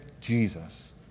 Jesus